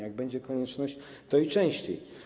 Jak będzie konieczność, to i częściej.